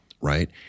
right